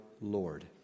Lord